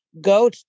Go